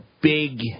Big